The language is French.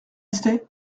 rester